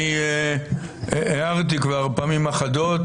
אני הערתי כבר פעמים אחדות,